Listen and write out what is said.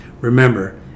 Remember